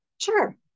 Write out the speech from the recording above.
sure